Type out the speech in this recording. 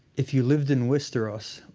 if you lived in westeros,